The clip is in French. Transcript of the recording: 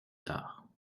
tard